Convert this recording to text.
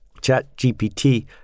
ChatGPT